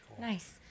Nice